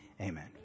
amen